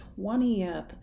20th